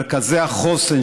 מרכזי החוסן,